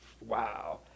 Wow